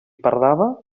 parlava